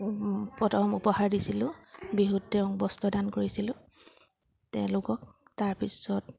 প্ৰথম উপহাৰ দিছিলোঁ বিহুত তেওঁক বস্ত্ৰদান কৰিছিলোঁ তেওঁলোকক তাৰপিছত